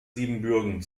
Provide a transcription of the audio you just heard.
siebenbürgen